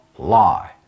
lie